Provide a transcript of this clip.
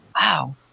Wow